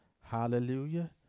Hallelujah